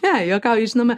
ne juokauju žinoma